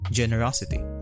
generosity